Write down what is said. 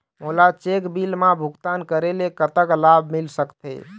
मोला cheque bill मा भुगतान करेले कतक लाभ मिल सकथे?